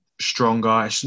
stronger